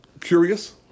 curious